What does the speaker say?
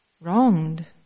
wronged